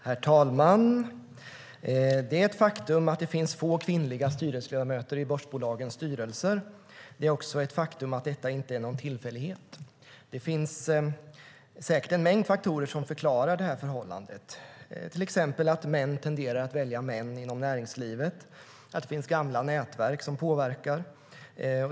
Herr talman! Det är ett faktum att det finns få kvinnliga ledamöter i börsbolagens styrelser. Det är också ett faktum att detta inte är någon tillfällighet. Det finns säkert en mängd faktorer som förklarar detta förhållande, till exempel att män tenderar att välja män inom näringslivet, att det finns gamla nätverk som påverkar.